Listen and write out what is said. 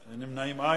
אין נמנעים.